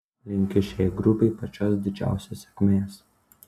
linkiu šiai grupei pačios didžiausios sėkmės